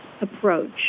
approach